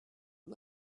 and